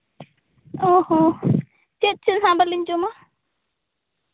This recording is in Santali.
ᱚ ᱦᱚᱸ ᱪᱮᱫ ᱪᱮᱫ ᱦᱟᱸᱜ ᱵᱟᱹᱞᱤᱧ ᱡᱚᱢᱟ